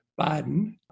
Biden